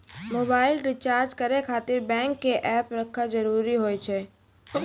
Mobile recharge करे खातिर bank के ऐप रखे जरूरी हाव है?